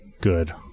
good